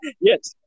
Yes